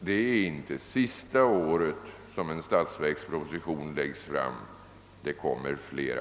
Detta är inte sista året som en statsverksproposition lägges fram; det kommer flera.